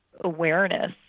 awareness